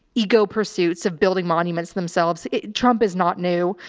ego pursuits of building monuments to themselves. it trump is not new.